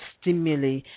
stimuli